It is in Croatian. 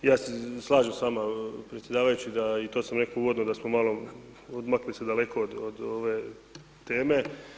Ja se slažem s vama predsjedavajući da, i to sam rekao uvodno da smo malo odmakli se daleko od ove teme.